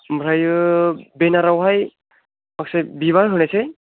ओमफ्राय बेनारावहाय माखासे बिबार होनोसै